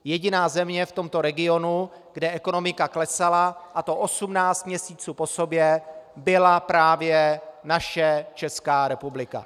Jediná země v tomto regionu, kde ekonomika klesala, a to 18 měsíců po sobě, byla právě naše Česká republika.